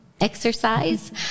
exercise